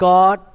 God